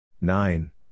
Nine